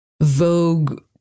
Vogue